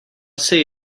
say